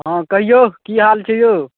हँ कहिऔ की हाल छै यौ